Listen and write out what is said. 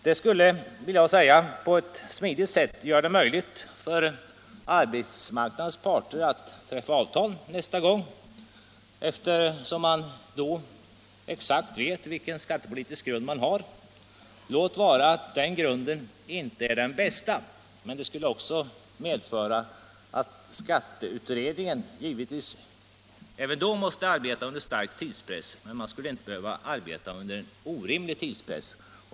Det skulle, vill jag säga, på ett smidigt sätt göra det möjligt för arbetsmarknadens parter att träffa avtal nästa gång, eftersom man då exakt vet vilken skattepolitisk grund man har — låt vara att den grunden inte är den bästa. Det skulle också medföra att skatteutredningen, som givetvis också då måste arbeta under stark tidspress, ändå inte skulle behöva arbeta under en orimlig tidspress.